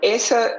Essa